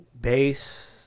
Bass